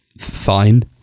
fine